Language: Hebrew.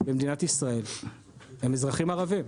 במדינת ישראל, בכל שנה, הם אזרחים ערביים.